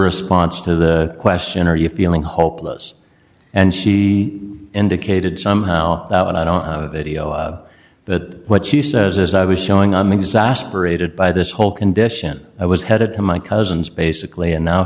response to the question are you feeling hopeless and she indicated somehow that i don't know of that what she says as i was showing i'm exasperated by this whole condition i was headed to my cousins basically and now